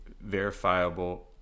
verifiable